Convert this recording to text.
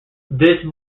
this